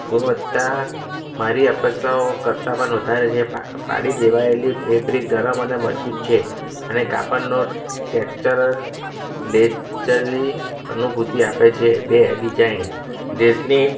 ગુણવત્તા મારી અપેક્ષાઓ કરતાં પણ વધારે છે પાડી દેવાયેલી ફેબ્રીક દ્વારા મને મજબૂત છે અને કાપડનો ટેક્ષચર લેચરી અનુભૂતિ આપે છે બે ડિઝાઇન ડ્રેસની